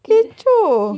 kecoh